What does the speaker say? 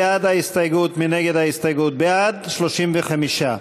בעד ההסתייגות, 35,